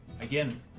again